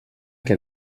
què